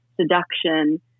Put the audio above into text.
seduction